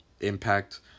impact